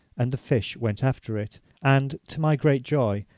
and the fish went after it and, to my great joy,